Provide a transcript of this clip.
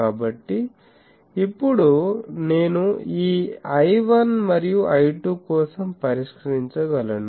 కాబట్టి ఇప్పుడు నేను ఈ I1 మరియు I2 కోసం పరిష్కరించగలను